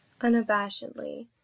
unabashedly